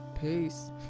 Peace